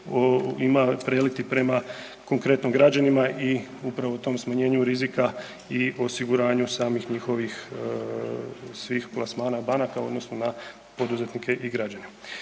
ima preliti prema konkretno građanima i upravo u tom smanjenju rizika i osiguranju samih njihovih svih plasmana banaka odnosno na poduzetnike i građane.